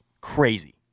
Crazy